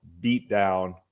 beatdown